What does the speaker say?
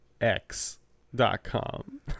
x.com